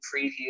preview